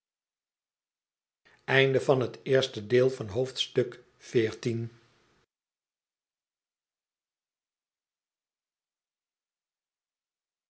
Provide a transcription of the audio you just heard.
hoofdstuk van het eerste deel van het